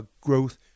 growth